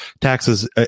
taxes